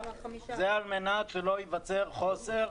זה על מנת שלא ייוצר חוסר.